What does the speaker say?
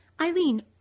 Eileen